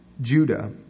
Judah